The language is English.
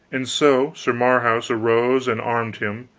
and so sir marhaus arose and armed him,